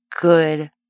good